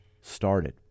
started